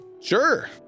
Sure